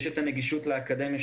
יש את הנגישות לאקדמיה,